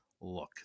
look